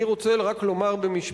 אני רק רוצה לומר במשפט